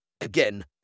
Again